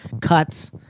cuts